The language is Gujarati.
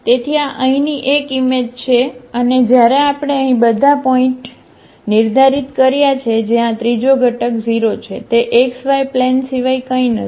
તેથી આ અહીંની એક ઈમેજ છે અને જ્યારે આપણે અહીં બધા પોઇન્ટપોઇન્ટ નિર્ધારિત કર્યા છે જ્યાં આ ત્રીજો ઘટક 0 છે તે XY પ્લેન સિવાય કંઈ નથી